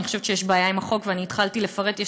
אני חושבת שיש בעיה עם החוק, והתחלתי לפרט, יש